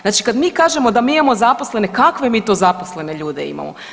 Znači kad mi kažemo da mi imamo zaposlene, kakve mi to zaposlene ljude imamo?